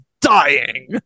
dying